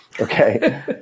okay